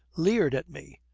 leered at me.